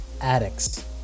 addicts